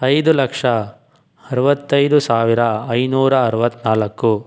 ಐದು ಲಕ್ಷ ಅರ್ವತ್ತೈದು ಸಾವಿರ ಐನೂರ ಅರ್ವತ್ತ್ನಾಲ್ಕು